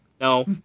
no